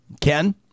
Ken